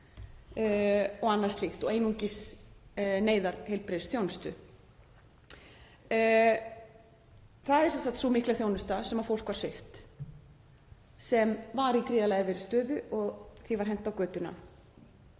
og annað slíkt og einungis neyðarheilbrigðisþjónustu. Það er sem sagt sú mikla þjónusta sem fólk var svipt, sem var í gríðarlega erfiðri stöðu og því var hent á götuna.